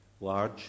large